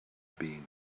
been